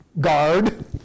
guard